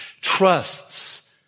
trusts